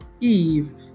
Eve